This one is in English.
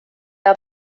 was